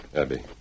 Abby